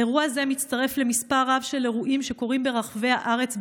אירוע זה מצטרף למספר רב של אירועים שקורים ברחבי הארץ,